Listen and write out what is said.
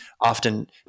often